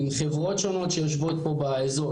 עם חברות שונות שיושבות פה באזור,